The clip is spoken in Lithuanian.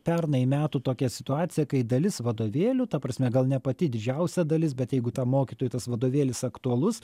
pernai metų tokia situacija kai dalis vadovėlių ta prasme gal ne pati didžiausia dalis bet jeigu tam mokytojui tas vadovėlis aktualus